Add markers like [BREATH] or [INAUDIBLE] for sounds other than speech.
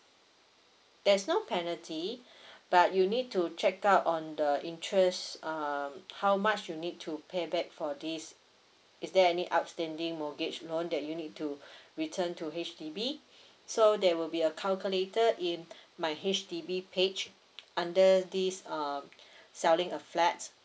there is no penalty [BREATH] but you need to check out on the interests um how much you need to pay back for this is there any outstanding mortgage loan that you need to [BREATH] return to H_D_B [BREATH] so there will be a calculator in my H_D_B page under this um [BREATH] selling a flat